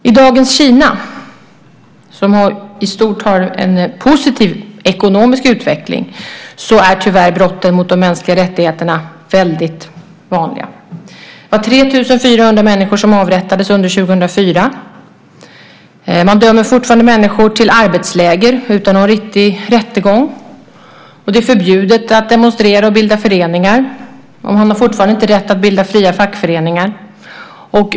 I dagens Kina, som i stort har en positiv ekonomisk utveckling, är tyvärr brotten mot de mänskliga rättigheterna väldigt vanliga. Det var 3 400 människor som avrättades under 2004. Man dömer fortfarande människor till arbetsläger, utan någon riktig rättegång. Det är förbjudet att demonstrera och bilda föreningar, och man har fortfarande inte rätt att bilda fria fackföreningar.